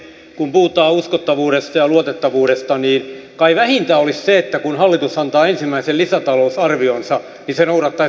kun puhutaan uskottavuudesta ja luotettavuudesta niin kai vähintä olisi se että kun hallitus antaa ensimmäisen lisätalousarvionsa niin se noudattaisi omaa hallitusohjelmaansa